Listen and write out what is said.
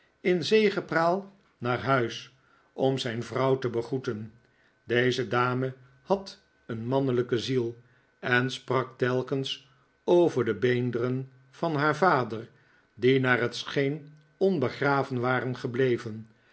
in zegepraal naar huis om zijn vrouw te b egroeten deze dame had een mannelijke ziel en sprak telkens over de beenderen van haar vader die naar het scheen onbegraven waren gebleven